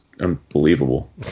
unbelievable